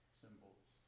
symbols